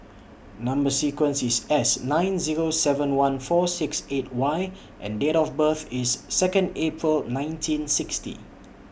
Number sequence IS S nine Zero seven one four six eight Y and Date of birth IS Second April nineteen sixty